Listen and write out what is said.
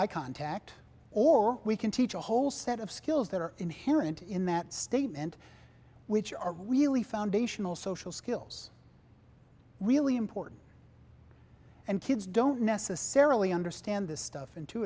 eye contact or we can teach a whole set of skills that are inherent in that statement which are really foundational social skills really important and kids don't necessarily understand this stuff